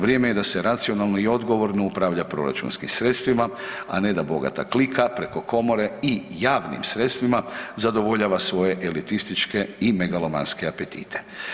Vrijeme je da se racionalno i odgovorno upravlja proračunskim sredstvima, a ne da bogata klika preko komore i javnim sredstvima zadovoljava svoje elitističke i megalomanske apetite.